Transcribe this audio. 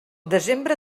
desembre